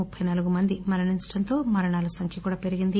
ముప్పి నాలుగు మంది మరణించడంతో మరణాల సంఖ్య కూడా పెరిగింది